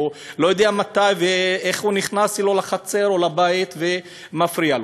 והוא לא יודע מתי ואיך הוא נכנס לו לחצר או לבית ומפריע לו.